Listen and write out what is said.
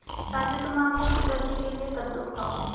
राजू तुम आंखों की ज्योति के लिए कद्दू खाओ